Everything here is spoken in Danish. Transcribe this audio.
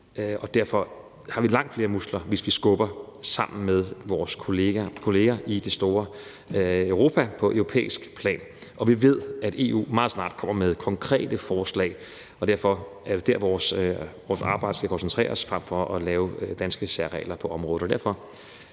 og derfor har vi langt flere muskler, hvis vi skubber sammen med vores kolleger i det store Europa, på europæisk plan. Og vi ved, at EU meget snart kommer med konkrete forslag, og derfor er det der, vores arbejde skal koncentreres frem for at lave danske særregler på området.